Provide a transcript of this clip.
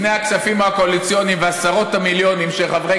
לפני הכספים הקואליציוניים ועשרות המיליונים שחברי